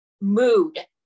mood